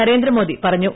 നരേന്ദ്രമോദി പറഞ്ഞു